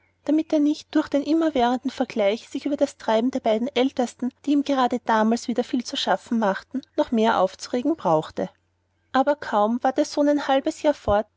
damit er nicht durch den immerwährenden vergleich sich über das treiben der beiden aeltesten die ihm gerade damals wieder viel zu schaffen machten noch mehr aufzuregen brauchte aber kaum war der sohn ein halbes jahr fort